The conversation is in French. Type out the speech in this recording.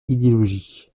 idéologie